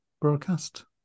broadcast